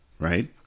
Right